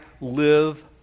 live